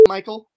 Michael